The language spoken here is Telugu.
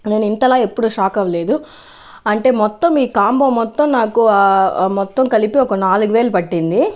నేను ఇంతలా ఎప్పుడు షాక్ అవ్వలేదు అంటే మొత్తం ఈ కాంబో మొత్తం నాకు ఆ మొత్తం కలిపి ఒక నాలుగు వేలు పట్టింది